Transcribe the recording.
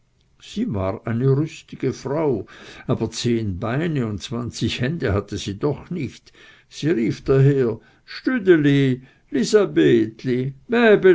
sie war eine rüstige frau aber zehn beine und zwanzig hände hatte sie doch nicht sie rief daher stüdeli